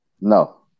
No